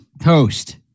Toast